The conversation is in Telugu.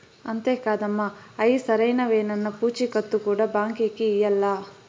అంతే కాదమ్మ, అయ్యి సరైనవేనన్న పూచీకత్తు కూడా బాంకీకి ఇయ్యాల్ల